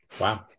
Wow